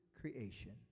creation